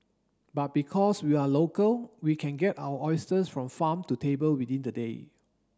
but because we are local we can get our oysters from farm to table within the day